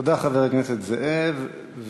תודה, חבר הכנסת זאב.